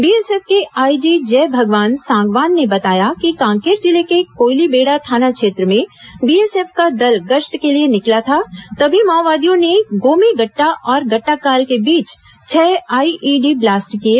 BSF के IG Jai Bhagwan Sangwan ने बताया कि कांकेर जिले के कोयलीबेड़ा थाना क्षेत्र में बीएसएफ का दल गश्त के लिए निकला था तभी माओवादियों ने गोमेगट्टा और गट्टाकाल के बीच छह आईईडी ब्लास्ट किए